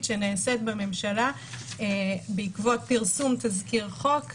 שנעשית בממשלה בעקבות פרסום תזכיר חוק,